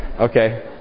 Okay